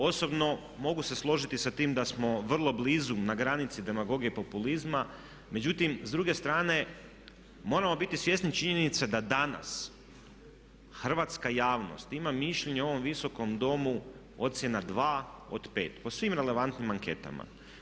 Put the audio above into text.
Osobno mogu se složiti sa tim da smo vrlo blizu, na granici demagogije i populizma, međutim s druge strane moramo biti svjesni činjenice da danas hrvatska javnost ima mišljenje o ovom Visokom domu ocjena 2 od 5 po svim relevantnim anketama.